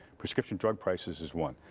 prescription drug prices one.